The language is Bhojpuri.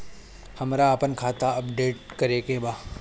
हमरा आपन खाता अपडेट करे के बा